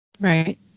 Right